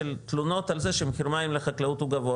של תלונות על זה שמחיר המים לחקלאות הוא גבוה,